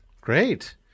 Great